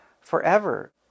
forever